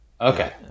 Okay